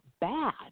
bad